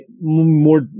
more